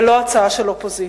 ולא הצעה של אופוזיציה.